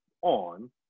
on